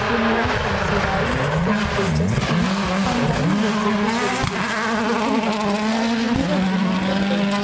پننا اور سلائی سے دلچسپی خاندانی ورثے سے شروع ہوئی لیکن وقت کے ساتھ یہ میرا جنون بن گئی